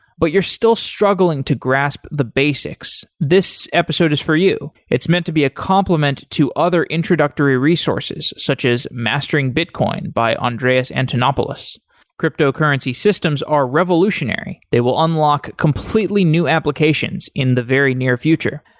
but you're still struggling to grasp the basics, this episode is for you. it's meant to be a complement to other introductory resources such as mastering bitcoin by andreas antonopoulos cryptocurrency systems are revolutionary. they will unlock completely completely new applications in the very near future.